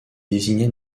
désignait